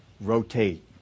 rotate